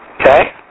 Okay